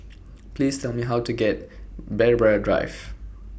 Please Tell Me How to get to Braemar Drive